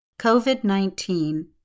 COVID-19